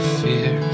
fear